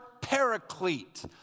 paraclete